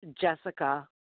Jessica